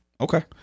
Okay